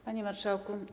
Panie Marszałku!